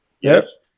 Yes